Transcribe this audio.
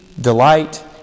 delight